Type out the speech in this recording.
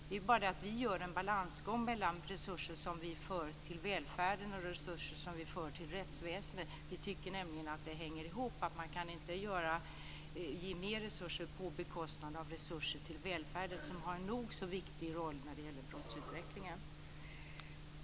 Men vi går också en balansgång mellan resurser som vi för till välfärden och resurser som vi för till rättsväsendet. Vi tycker nämligen att det hänger ihop. Man kan inte ge mer resurser till rättsväsendet på bekostnad av resurser till välfärden, vilken har en nog så viktig roll vad avser brottsutvecklingen.